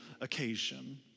occasion